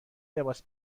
لباس